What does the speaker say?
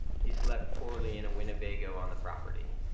he slept poorly in a winnebago on the property.